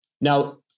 Now